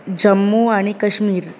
जम्मू आणी कश्मीर